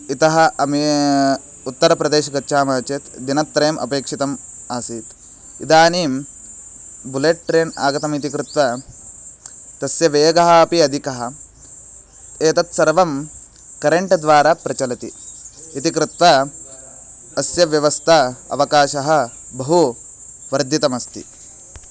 इतः अमे उत्तरप्रदेशं गच्छामः चेत् दिनत्रयम् अपेक्षितम् आसीत् इदानीं बुलेट् ट्रेन् आगतम् इति कृत्वा तस्य वेगः अपि अधिकः एतत् सर्वं करेण्ट् द्वारा प्रचलति इति कृत्वा अस्य व्यवस्था अवकाशः बहुवर्धितमस्ति